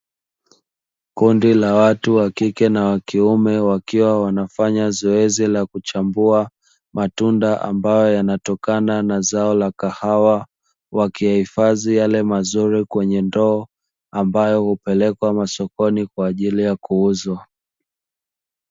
Kundi la watu wa kike na kiume wakiwa wanafanya zoezi la kuchambua matunda ambayo yanatokana na zao la kahawa wakihifadhi yale mazuri kwenye ndoo ambayo hupelekwa masokoni kwa ajili ya kuuzwa.